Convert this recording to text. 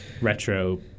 retro